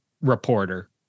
reporter